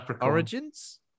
Origins